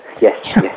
yes